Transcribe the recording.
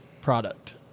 product